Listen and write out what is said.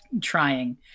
trying